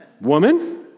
woman